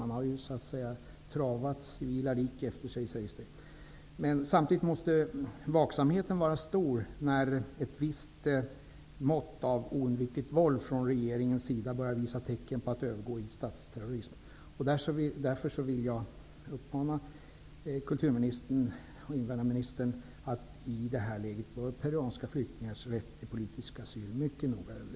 Det sägs att man lämnat travar av civila lik efter sig. Samtidigt måste vaksamheten vara stor när ett visst mått av oundvikligt våld från regeringens sida börjar visa tecken på att övergå i statsterrorism. Jag vill därför uppmana kultur och invandrarministern att i detta läge mycket noga överväga peruanska flyktingars rätt till politisk asyl.